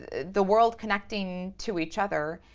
the world connecting to each other.